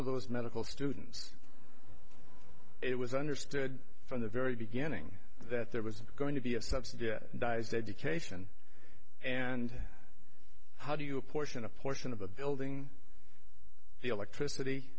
of those medical students it was understood from the very beginning that there was going to be a subsidy dies education and how do you apportion a portion of a building the electricity